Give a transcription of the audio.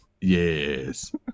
Yes